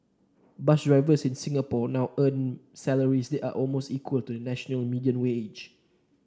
bus drivers in Singapore now earn salaries that are almost equal to the national median wage